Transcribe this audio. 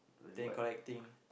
than collecting